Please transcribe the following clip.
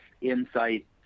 insight